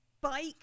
bike